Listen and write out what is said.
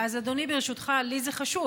אז, אדוני, ברשותך, לי זה חשוב.